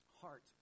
heart